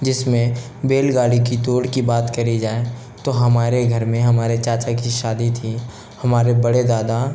जिसमें बैलगाड़ी की दौड़ की बात करी जाए तो हमारे घर में हमारे चाचा की शादी थी हमारे बड़े दादा